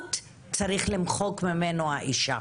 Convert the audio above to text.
בריאות צריך למחוק ממנו "האישה",